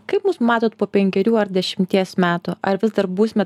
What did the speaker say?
kaip mus matot po penkerių ar dešimties metų ar vis dar būsime